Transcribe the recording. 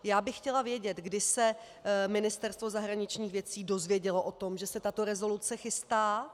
Já bych chtěla vědět, kdy se Ministerstvo zahraničních věcí dozvědělo o tom, že se tato rezoluce chystá.